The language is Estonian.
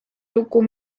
lugu